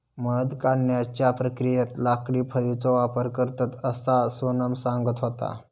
मध काढण्याच्या प्रक्रियेत लाकडी फळीचो वापर करतत, असा सोनम सांगत होता